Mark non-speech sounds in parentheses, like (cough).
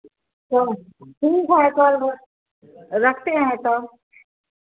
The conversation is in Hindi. ठीक है (unintelligible) रखते हैं तब